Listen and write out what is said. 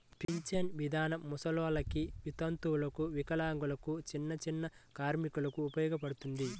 పింఛను ఇదానం ముసలోల్లకి, వితంతువులకు, వికలాంగులకు, చిన్నచిన్న కార్మికులకు ఉపయోగపడతది